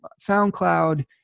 SoundCloud